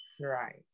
Right